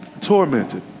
tormented